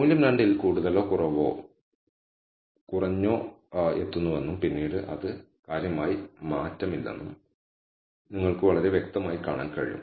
മൂല്യം 2 ൽ കൂടുതലോ കുറവോ കുറഞ്ഞോ എത്തുന്നുവെന്നും പിന്നീട് അത് കാര്യമായി മാറുന്നില്ലെന്നും നിങ്ങൾക്ക് വളരെ വ്യക്തമായി കാണാൻ കഴിയും